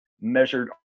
measured